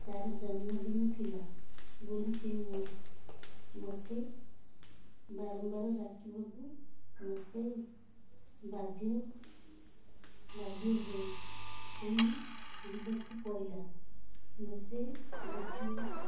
ତା'ର ଜନ୍ମଦିନ ଥିଲା ବୋଲି ସେ ମୋତେ ବାରମ୍ବାର ଡାକିବାକୁ ମୋତେ ବାଧ୍ୟ ବାଧ୍ୟ ହୋଇ ହୋଇଯିବାକୁ ପଡ଼ିଲା ମୋତେ ଗୋଟିଏ